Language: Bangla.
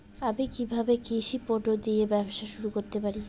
আমি কিভাবে কৃষি পণ্য দিয়ে ব্যবসা শুরু করতে পারি?